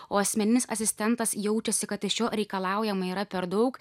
o asmeninis asistentas jaučiasi kad iš jo reikalaujama yra per daug